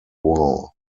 war